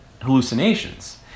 hallucinations